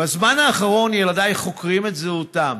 בזמן האחרון ילדיי חוקרים את זהותם: